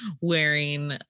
wearing